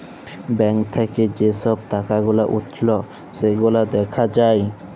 bank থাক্যে যে সব টাকা গুলা উঠল সেগুলা দ্যাখা যায়